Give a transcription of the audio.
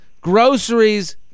Groceries